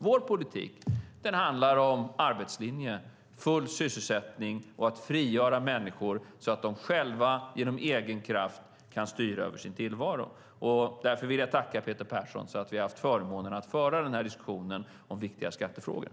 Vår politik handlar om arbetslinjen, full sysselsättning och att frigöra människor så att de själva genom egen kraft kan styra över sin tillvaro. Därför vill jag tacka Peter Persson för att vi har haft förmånen att föra diskussionen om viktiga skattefrågor.